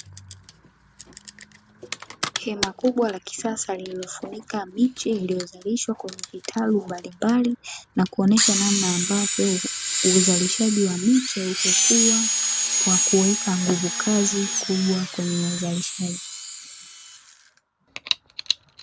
Hema kubwa la kisasa lililofunika miche iliyozalishwa kwenye vitalu mbalimbali na kuonyesha namna ambavyo uzalishaji wa miche umekuwa na kuweka nguvu kazi kubwa kwenye uzalishaji.